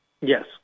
Yes